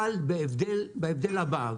אבל בהבדל הבא,